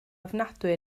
ofnadwy